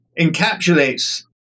encapsulates